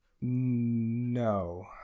no